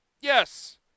Yes